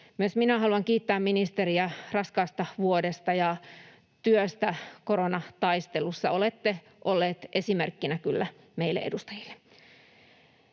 Myös minä haluan kiittää ministeriä raskaasta vuodesta ja työstä koronataistelussa. Olette ollut kyllä esimerkkinä meille edustajille.